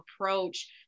approach